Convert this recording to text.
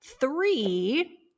Three